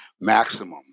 Maximum